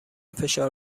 فشار